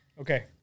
Okay